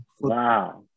Wow